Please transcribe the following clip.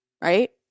right